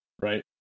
Right